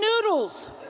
noodles